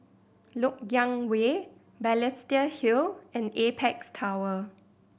Lok Yang Way Balestier Hill and Apex Tower